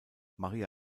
maria